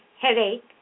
headache